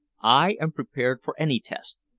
i am prepared for any test,